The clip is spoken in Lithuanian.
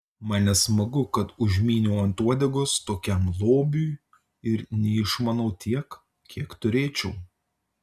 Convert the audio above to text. man nesmagu kad užmyniau ant uodegos tokiam lobiui ir neišmanau tiek kiek turėčiau